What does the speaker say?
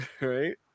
Right